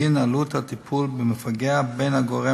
לא מתקיים קיזוז בגין עלות הטיפול במפגע בין הגורם